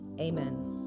Amen